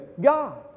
God